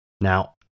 Now